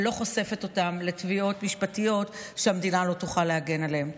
ולא חושפת אותם לתביעות משפטיות שהמדינה לא תוכל להגן עליהם מפניהן.